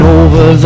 over